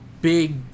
big